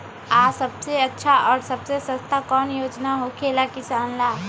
आ सबसे अच्छा और सबसे सस्ता कौन योजना होखेला किसान ला?